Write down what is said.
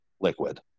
liquid